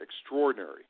extraordinary